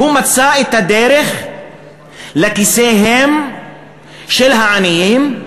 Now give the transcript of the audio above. הוא מצא את הדרך לכיסיהם של העניים,